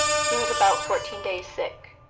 he was about fourteen days sick.